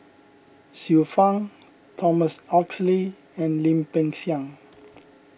Xiu Fang Thomas Oxley and Lim Peng Siang